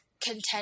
content